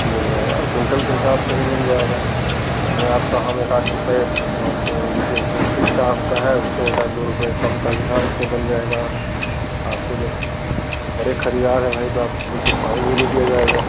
मिल जाएगा और कुंटल के हिसाब से भी मिल जाएगा उसमें आपका हम एक एक आध रुपये आपको जैसे इसमें फीट का आपका है उससे एक आध दो रुपये कम का हिसाब उसमें बन जाएगा आपको जब बड़े ख़रीदार है भाई तो आपको कुछ डिस्काउंट भी दे दिया जाएगा